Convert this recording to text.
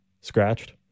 scratched